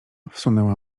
wsunęła